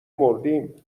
مردیم